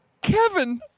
Kevin